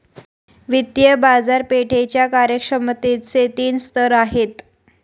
वित्तीय बाजारपेठेच्या कार्यक्षमतेचे तीन स्तर आहेत